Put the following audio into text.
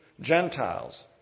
Gentiles